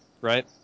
right